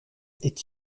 est